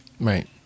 Right